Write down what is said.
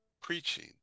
preaching